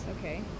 Okay